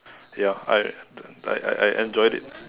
ya I I I I I enjoyed it